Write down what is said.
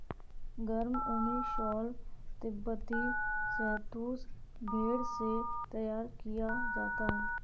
गर्म ऊनी शॉल तिब्बती शहतूश भेड़ से तैयार किया जाता है